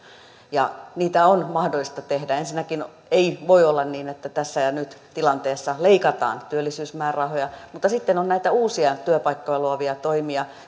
ja niitä on mahdollista tehdä ensinnäkään ei voi olla niin että tässä tilanteessa nyt leikataan työllisyysmäärärahoja mutta sitten on näitä uusia työpaikkoja luovia toimia